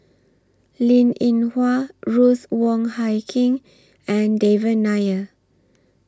Linn in Hua Ruth Wong Hie King and Devan Nair